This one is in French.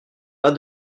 pas